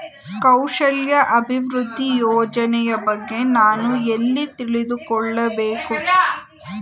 ಕೌಶಲ್ಯ ಅಭಿವೃದ್ಧಿ ಯೋಜನೆಯ ಬಗ್ಗೆ ನಾನು ಎಲ್ಲಿ ತಿಳಿದುಕೊಳ್ಳಬೇಕು?